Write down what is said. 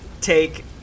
take